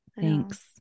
Thanks